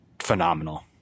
phenomenal